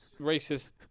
racist